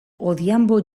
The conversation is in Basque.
odhiambo